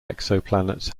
exoplanets